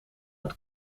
het